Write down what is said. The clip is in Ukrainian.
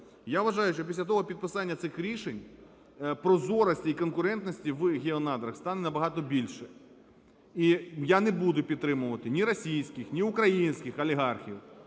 Я вважаю, що після того підписання цих рішень прозорості і конкурентності в "Геонадрах" стане набагато більше. І я не буду підтримувати ні російських, ні українських олігархів,